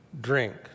drink